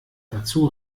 dazu